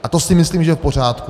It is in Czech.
A to si myslím, že je v pořádku.